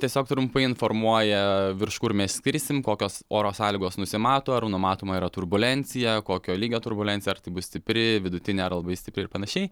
tiesiog trumpai informuoja virš kur mes skrisim kokios oro sąlygos nusimato ar numatoma yra turbulencija kokio lygio turbulencija ar tai bus stipri vidutinė ar labai stipri ir panašiai